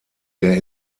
der